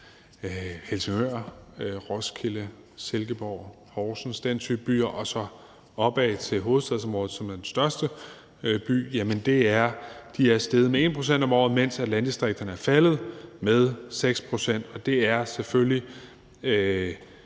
Helsingør, Roskilde, Silkeborg, Horsens og den type byer og så opad til hovedstaden, som jo er den største by – steget med 1 pct. om året, mens landdistrikterne er faldet med 6 pct. Det er selvfølgelig